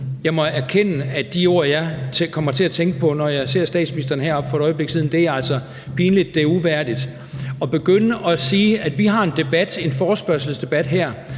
Jeg må erkende, at de ord, jeg kommer til at tænke på, når jeg ser statsministeren heroppe for et øjeblik siden, altså er »pinligt«, og det er »uværdigt«. At begynde at sige, når vi har en debat, en forespørgselsdebat her,